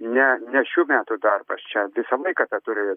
ne ne šių metų darbas čia visą laiką tą turi